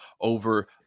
over